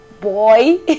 boy